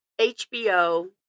HBO